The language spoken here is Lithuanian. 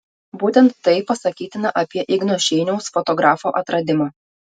būtent tai pasakytina apie igno šeiniaus fotografo atradimą